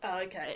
Okay